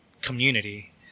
community